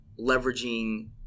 leveraging